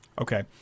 Okay